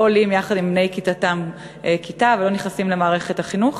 עולים יחד עם בני כיתתם כיתה ולא נכנסים למערכת החינוך.